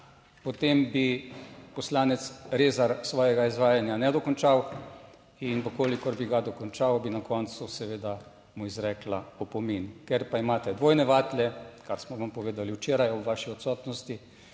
potem bi poslanec Rezar svojega izvajanja ne dokončal in v kolikor bi ga dokončal, bi na koncu seveda mu izrekla opomin. Ker pa imate dvojne vatle, kar smo vam povedali včeraj v vaši odsotnosti,